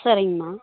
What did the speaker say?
சரிங்கமா